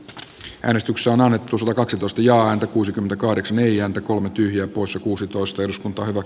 nyt äänestykseen oli tusina kaksitoista johan kuusikymmentäkahdeksan ei ääntä kolme tyhjää poissa kuusitoista eduskunta ovat